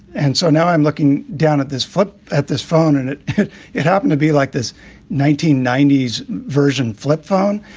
and so now i'm looking down at this foot at this phone. and it it happened to be like this nineteen ninety s version, flip phone.